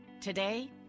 Today